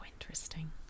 interesting